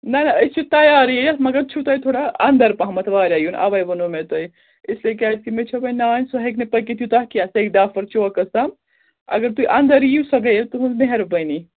نہَ نہَ أسۍ چھِ تَیارٕے أسۍ مگر چھُو تۄہہِ تھوڑا اَنٛدَر پَہمَتھ واریاہ یُن اَوَے وَنو مےٚ تۄہہِ اِسلیے کیٛازِ کہِ مےٚ چھِ وۅنۍ نانۍ سۄ ہیٚکہِ نہٕ پٔکِتھ یوٗتاہ کیٚنٛہہ سیٚکہِ ڈافر چوکَسَ تام اگر تُہۍ اَنٛدَر یِیِو سۄ گٔیے تُہٕنٛز مہربٲنی